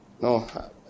No